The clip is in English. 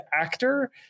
actor